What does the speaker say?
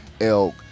elk